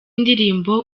ndirimbo